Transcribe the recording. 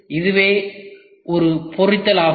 இதுவே ஒரு பொரித்தல் ஆகும்